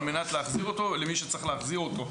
על מנת להחזיר אותו למי שצריך להחזיר אותו.